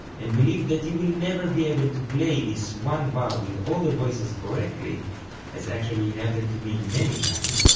and believe that you will never be able to play this one bar with all the voices correctly as actually happened to me many times,